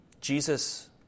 Jesus